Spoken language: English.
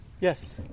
Yes